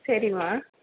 சரிமா